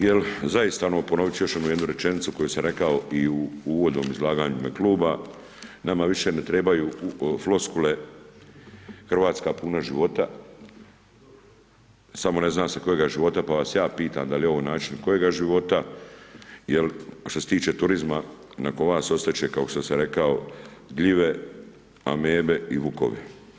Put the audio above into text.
Jer zaista, ponoviti ću još jednu rečenicu koju sam rekao i u uvodnom izlaganju u ime kluba, nama više ne trebaju floskule, Hrvatska puna života, samo ne zna se kojega života pa vas ja pitam da li je ovo način kojega života jer što se tiče turizma nakon vas ostati će kao što sam rekao gljive, amebe i vukovi.